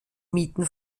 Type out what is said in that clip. mieten